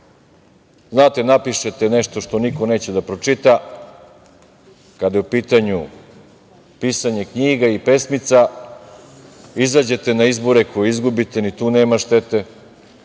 štete. Znate, napišete nešto što niko neće da pročita kada je u pitanju pisanje knjiga i pesmica, izađete na izbore koje izgubite, ni tu nema štete,